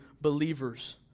believers